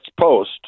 post